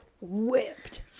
whipped